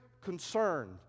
concerned